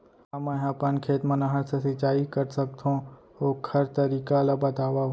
का मै ह अपन खेत मा नहर से सिंचाई कर सकथो, ओखर तरीका ला बतावव?